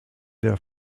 der